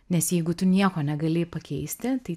nes jeigu tu nieko negali pakeisti tai